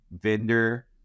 vendor